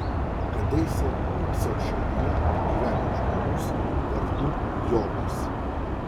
kadaise uco šalyje gyveno žmogus vardu jobas